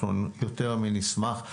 אנחנו יותר מנשמח.